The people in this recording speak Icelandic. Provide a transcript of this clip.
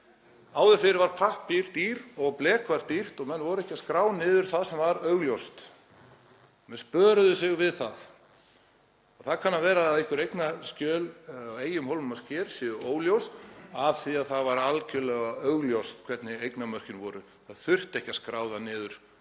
Áður fyrr var pappír dýr og blek var dýrt og menn voru ekki að skrá niður það sem var augljóst, menn spöruðu það við sig. Það kann að vera að einhver eignaskjöl á eyjum, hólmum og skerjum séu óljós af því að það var algjörlega augljóst hvernig eignamörkin voru. Menn þurftu ekki að skrá það niður,